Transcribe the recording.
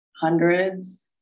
hundreds